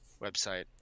website